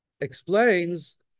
explains